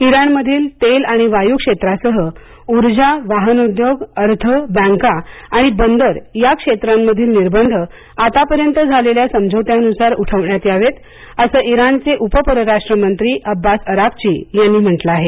Iran मधील तेल आणि वायू क्षेत्रासह उर्जा वाहन उद्योग अर्थ आणि बँका आणि बंदर या क्षेत्रांमधील निर्बंध आतापर्यंत झालेल्या समझोत्यानुसार उठवण्यात यावेत असं इराणचे उप परराष्ट्र मंत्री अब्बास अराक्ची यांनी म्हंटल आहे